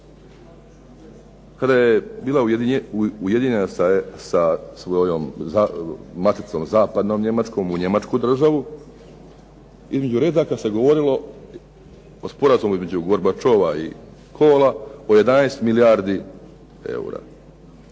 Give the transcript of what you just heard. kada je bila ujedinjena sa svojom maticom zapadnom, Zapadnom Njemačkom u Njemačku državu, između redaka se govorilo o sporazumu između Gorbačova i Kola, o 11 milijardi eura.